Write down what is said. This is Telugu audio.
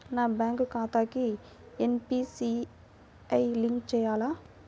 నా బ్యాంక్ ఖాతాకి ఎన్.పీ.సి.ఐ లింక్ చేయాలా?